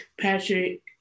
patrick